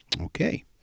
okay